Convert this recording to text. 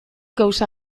gauza